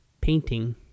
painting